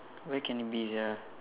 where can it be sia